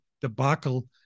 debacle